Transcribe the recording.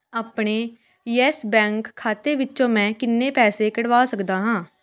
ਆਪਣੇ Yes Bank ਖਾਤੇ ਵਿੱਚੋ ਮੈਂ ਕਿੰਨੇ ਪੈਸੇ ਕੱਢਵਾ ਸਕਦਾ ਹਾਂ